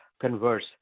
converse